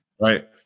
right